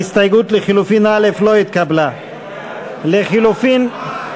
ההסתייגות לחלופין (א) של קבוצת סיעת מרצ,